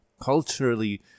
culturally